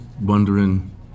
wondering